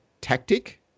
tactic